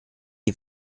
die